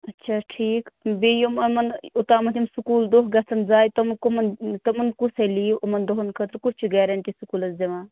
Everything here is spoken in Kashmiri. اَچھا ٹھیٖک بیٚیہِ یِم یِمن یوٚتامتھ یِم سکوٗل دۄہ گژھَن ضایہِ تِم کُمن تِمن کُس ہیٚیہِ لیٖو یِمَن دۄہَن خٲطرٕ کُس چھُ گارنَٹی سَکَولَس دِوان